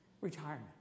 Retirement